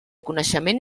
coneixement